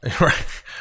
Right